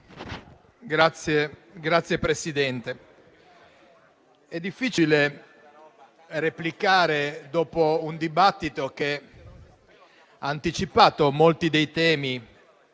Signor Presidente, è difficile replicare dopo un dibattito che ha anticipato molti dei temi,